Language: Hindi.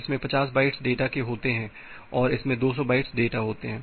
इसमें 50 बाइट्स डेटा के होते हैं और इसमें 200 बाइट्स डेटा होते हैं